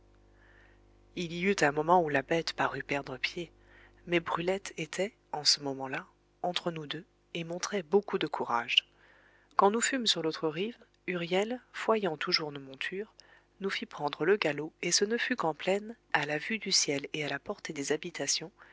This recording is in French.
il y eut un moment où la bête parut perdre pied mais brulette était en ce moment-là entre nous deux et montrait beaucoup de courage quand nous fûmes sur l'autre rive huriel fouaillant toujours nos montures nous fit prendre le galop et ce ne fut qu'en plaine à la vue du ciel et à la portée des habitations